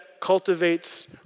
cultivates